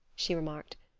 she remarked.